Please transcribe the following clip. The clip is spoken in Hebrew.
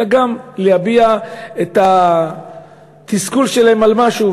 אלא גם להביע את התסכול שלהם על משהו,